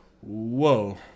Whoa